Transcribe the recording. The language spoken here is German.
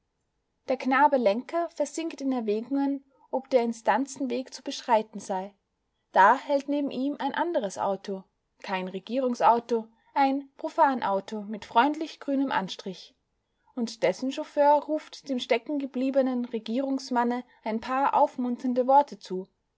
der knabe lenker versinkt in erwägungen ob der instanzenweg zu beschreiten sei da hält neben ihm ein anderes auto kein regierungsauto ein profanauto mit freundlich grünem anstrich und dessen chauffeur ruft dem steckengebliebenen regierungsmanne ein paar aufmunternde worte zu